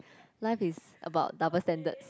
life is about double standards